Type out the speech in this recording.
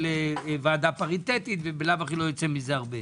לוועדה פריטטית וממילא לא יוצא מזה הרבה.